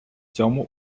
цьому